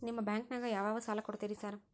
ನಿಮ್ಮ ಬ್ಯಾಂಕಿನಾಗ ಯಾವ್ಯಾವ ಸಾಲ ಕೊಡ್ತೇರಿ ಸಾರ್?